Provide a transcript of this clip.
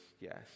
yes